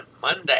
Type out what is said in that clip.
Monday